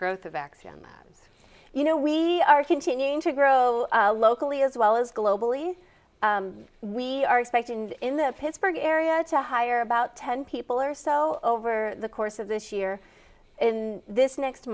growth of action you know we are continuing to grow locally as well as globally we are expected in the pittsburgh area to hire about ten people or so over the course of this year in this next